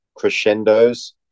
crescendos